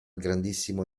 grandissimo